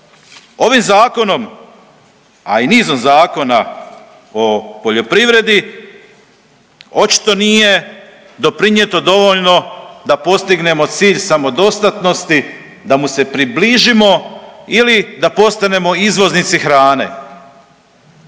Ovim Zakonom, a i nizom zakona o poljoprivredi očito nije doprinijeto dovoljno da postignemo cilj samodostatnosti, da mu se približimo ili da postanemo izvoznici hrane.